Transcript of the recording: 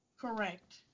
Correct